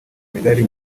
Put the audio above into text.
imidari